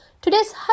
Today's